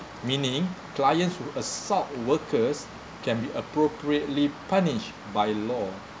meaning clients who assault workers can be appropriately punished by law